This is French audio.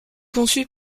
conçu